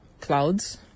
clouds